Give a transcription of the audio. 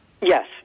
Yes